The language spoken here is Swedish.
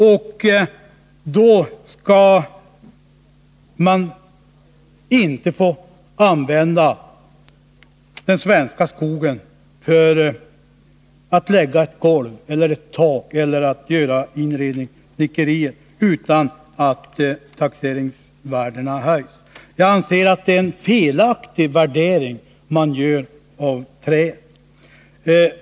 Och då skall man inte få använda den svenska skogen för att lägga ett golv eller ett tak eller göra inredningssnickerier utan att taxeringsvärdena höjs! .Jag anser att det är en felaktig värdering av träet som görs.